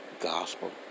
gospel